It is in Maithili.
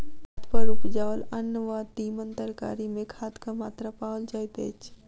खाद पर उपजाओल अन्न वा तीमन तरकारी मे खादक मात्रा पाओल जाइत अछि